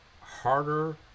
harder